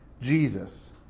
jesus